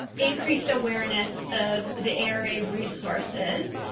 increased awareness of the ara resources.